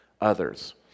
others